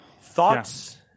Thoughts